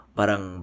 parang